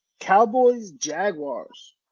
Cowboys-Jaguars